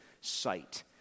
sight